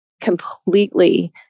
completely